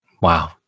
Wow